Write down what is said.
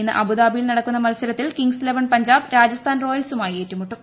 ഇന്ന് അബുദാബിയിൽ നടക്കുന്ന് മത്സരത്തിൽ കിങ്സ് ഇലവൺ പഞ്ചാബ് രാജസ്ഥാൻ റോയൽസുമായി ഏറ്റുമുട്ടും